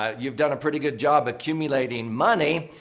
um you've done a pretty good job accumulating money.